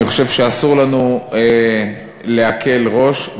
אני חושב שאסור לנו להקל ראש,